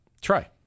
Try